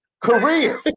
Career